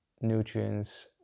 nutrients